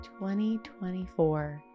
2024